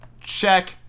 check